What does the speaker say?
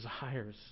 desires